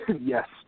Yes